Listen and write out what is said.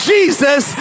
Jesus